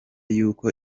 yuko